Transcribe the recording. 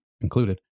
included